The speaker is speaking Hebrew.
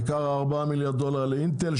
העיקר ארבעה מיליארד דולר לאינטל,